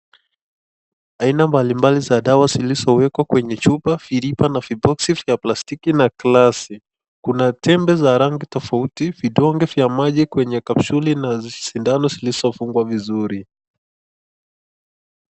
Aina mbalimbali za dawa zilizowekwa kwenye chupa vilivyo na viboxi vya plastiki na glasi. Kuna tembe za rangi tofauti, vidonge vya maji kwenye kapsuli na sindano zilizofungwa vizuri.